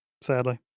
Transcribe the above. sadly